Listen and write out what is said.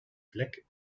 vlek